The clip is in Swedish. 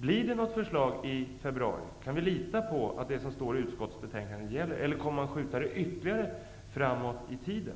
om det kommer något förslag i februari. Kan jag lita på att det som står i utskottsbetänkandet gäller, eller kommer man att skjuta frågan ytterligare framåt i tiden?